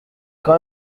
quand